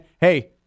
hey